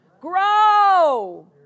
grow